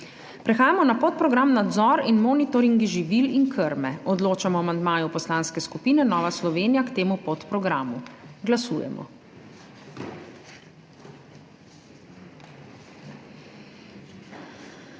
Prehajamo na podprogram Nadzor in monitoring živil in krme. Odločamo o amandmaju Poslanske skupine Nova Slovenija k temu podprogramu. Glasujemo.